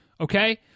Okay